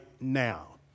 now